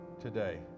today